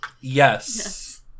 Yes